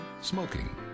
Smoking